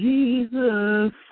Jesus